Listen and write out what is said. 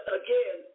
again